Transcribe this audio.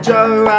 Joe